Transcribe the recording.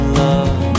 love